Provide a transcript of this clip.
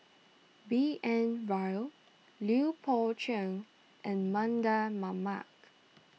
B N Rao Lui Pao Chuen and Mardan Mamat